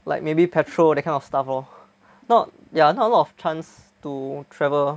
like maybe patrol that kind of stuff lor not ya not a lot of chance to travel